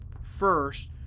first